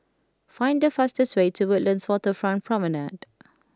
find the fastest way to Woodlands Waterfront Promenade